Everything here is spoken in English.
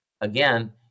again